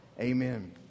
Amen